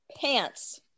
pants